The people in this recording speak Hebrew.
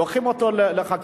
לוקחים אותו לחקירה,